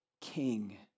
king